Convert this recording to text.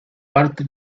parte